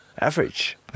average